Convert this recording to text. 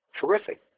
terrific